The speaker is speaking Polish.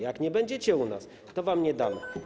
Jak nie będziecie u nas, to wam nie damy.